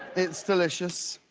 it's delicious.